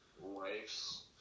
wife's